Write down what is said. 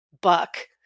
buck